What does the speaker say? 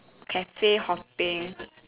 cafe hopping